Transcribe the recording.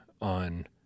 on